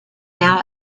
now